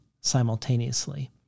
simultaneously